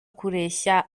kureshya